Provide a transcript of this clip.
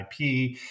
IP